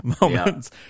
moments